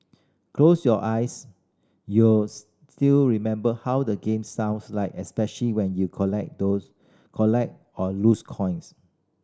close your eyes you'll still remember how the game sounds like especially when you collect those collect or lose coins